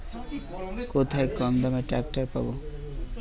কোথায় কমদামে ট্রাকটার পাব?